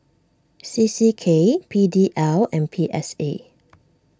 C C K P D L and P S A